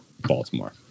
Baltimore